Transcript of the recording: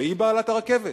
שהיא בעלת הרכבת?